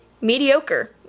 mediocre